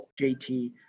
JT